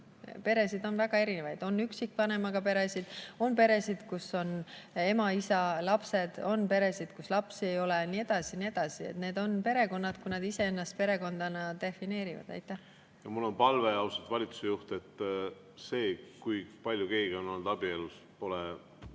Peresid on väga erinevaid, on üksikvanemaga peresid, on peresid, kus on ema, isa ja lapsed, on peresid, kus lapsi ei ole, ja nii edasi ja nii edasi. Nad on perekonnad, kui nad iseennast perekonnana defineerivad. Mul on palve, austatud valitsuse juht: see, kui [mitu korda] keegi on olnud abielus, pole